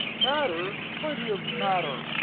matter? plenty of matter!